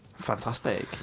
Fantastic